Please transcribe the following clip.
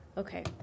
Okay